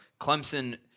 Clemson